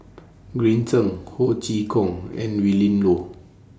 Green Zeng Ho Chee Kong and Willin Low